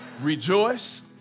rejoice